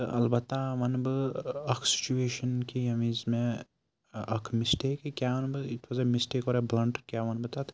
تہٕ البتہ وَنہٕ بہٕ اَکھ سُچویشَن کہِ ییٚمہِ وِز مےٚ اَکھ مِسٹیک یا کیٛاہ وَنہٕ بہٕ اِٹ واز اَ مِسٹیک واریاہ بٕلنٛٹ کیٛاہ وَنہٕ بہٕ تَتھ